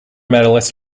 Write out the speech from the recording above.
medalist